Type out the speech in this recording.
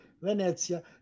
Venezia